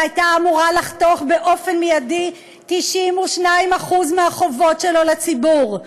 שהייתה אמורה לחתוך באופן מיידי 92% מהחובות שלו לציבור.